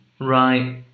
Right